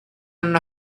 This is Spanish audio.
una